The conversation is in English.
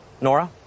Nora